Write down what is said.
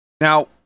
Now